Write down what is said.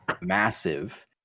massive